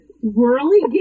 Whirly